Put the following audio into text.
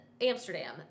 Amsterdam